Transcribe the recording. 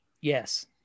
Yes